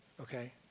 okay